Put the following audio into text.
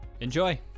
Enjoy